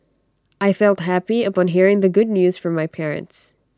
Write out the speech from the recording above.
I felt happy upon hearing the good news from my parents